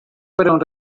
fueron